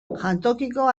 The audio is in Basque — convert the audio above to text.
jantokiko